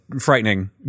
frightening